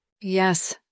Yes